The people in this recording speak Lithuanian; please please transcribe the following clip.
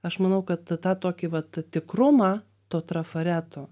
aš manau kad tą tokį vat tikrumą to trafareto